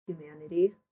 humanity